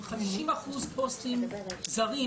אם 50% פוסטים זרים,